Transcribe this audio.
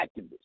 activists